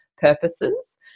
purposes